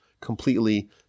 completely